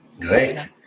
great